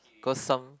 cause some